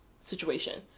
situation